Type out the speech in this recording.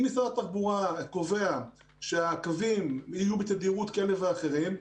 אם משרד התחבורה קובע שהקווים יהיו בתדירות כזאת או אחרת,